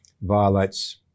violates